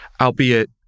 Albeit